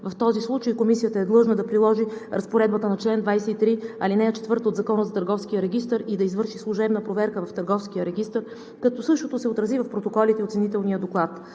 В този случай Комисията е длъжна да приложи разпоредбата на чл. 23, ал. 4 от Закона за търговския регистър и да извърши служебна проверка в Търговския регистър, като същото се отрази в протоколите и оценителния доклад.